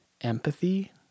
empathy